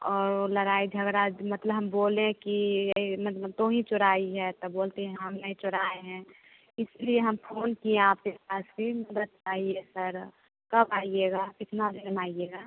और लड़ाई झगड़ा मतलब हम बोले कि ये तू ही चोरी है तब बोलती है हम नहीं चुराए हैं इसलिए हम फोन किए आपके पास कि बताइए कब आइएगा कितना देर में आइएगा